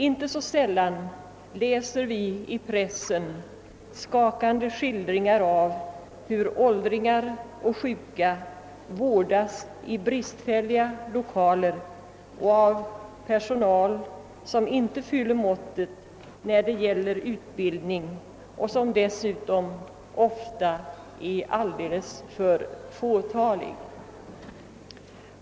Inte sällan kan man i pressen finna skakande skildringar av hur åldringar och sjuka vårdas i bristfälliga lokaler och av personal som inte fyller måttet när det gäller utbildning och som dessutom ofta är alldeles för fåtalig.